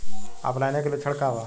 ऑफलाइनके लक्षण क वा?